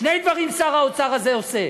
שני דברים שר האוצר הזה עושה: